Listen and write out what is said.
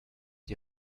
die